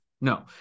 No